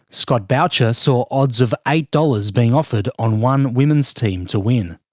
scott boucher saw odds of eight dollars being offered on one women's team to win.